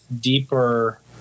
deeper